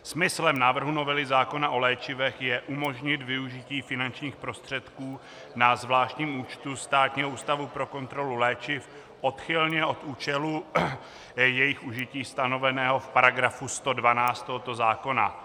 Smyslem návrhu novely zákona o léčivech je umožnit využití finančních prostředků na zvláštním účtu Státního ústavu pro kontrolu léčiv odchylně od účelu jejich užití stanoveného v § 112 tohoto zákona.